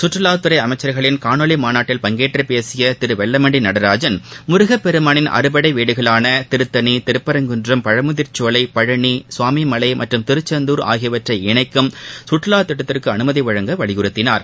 கற்றுலாத்துறை அமைச்சர்களின் காணொலி மாநாட்டில் பங்கேற்றுப் பேசிய திரு வெல்லமண்டி நடராஜன் முருகப்பெருமானின் அறுபடை வீடுகளான திருத்தணி திருப்பரங்குன்றம் பழமுதிர்ச்சோலை பழநி சுவாமிமலை மற்றும் திருச்செந்துர் ஆகியவற்றை இணைக்கும் சுற்றுலாத் திட்டத்திற்கு அனுமதி வழங்க வலியுறுத்தினார்